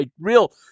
real